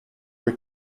were